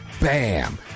Bam